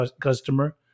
customer